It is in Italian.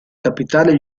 capitale